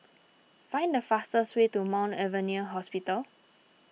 find the fastest way to Mount Avenue Hospital